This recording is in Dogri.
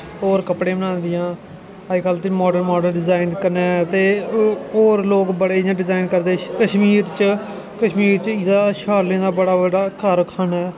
और कपड़े बनांदियां अज्जकल दे मोडर्न मोर्डन डिजाइन कन्नै ते होर लोग बड़े इ'यै डिजाइन करदे कश्मीर च कश्मीर च एह्दा शालें दा बड़ा बड्डा कारखाना ऐ उत्थैं